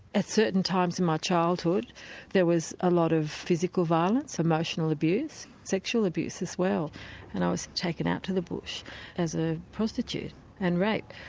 at certain times in my childhood there was a lot of physical violence, emotional abuse, sexual abuse as well and i was taken out to the bush as a prostitute and raped.